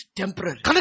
temporary